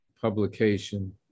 publication